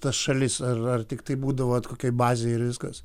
tas šalis ar ar tiktai būdavot kokioj bazėj ir viskas